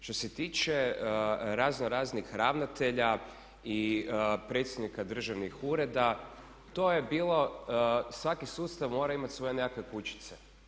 Što se tiče raznoraznih ravnatelja i predstojnika državnih ureda to je bilo svaki sustav mora imati svoje nekakve kućice.